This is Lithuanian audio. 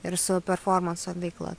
ir su performanso veikla